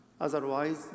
Otherwise